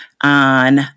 on